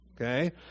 Okay